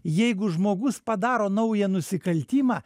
jeigu žmogus padaro naują nusikaltimą